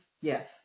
yes